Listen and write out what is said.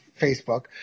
Facebook